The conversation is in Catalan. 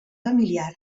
familiar